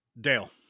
Dale